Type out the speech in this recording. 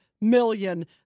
million